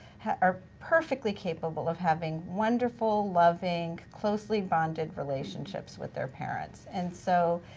are perfectly capable of having wonderful, loving, closely-bonded relationships with their parents. and so,